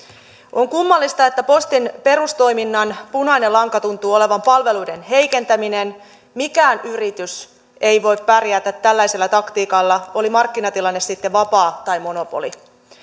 on kummallista että postin perustoiminnan punainen lanka tuntuu olevan palveluiden heikentäminen mikään yritys ei voi pärjätä tällaisella taktiikalla oli markkinatilanne sitten vapaa tai monopoli